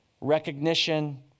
recognition